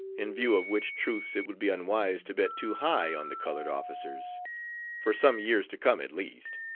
in view of which truths it would be unwise to bet too high on the colored officers for some years to come at least.